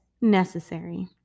necessary